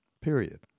Period